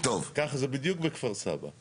ככה זה בדיוק בכפר סבא.